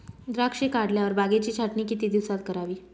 द्राक्षे काढल्यावर बागेची छाटणी किती दिवसात करावी?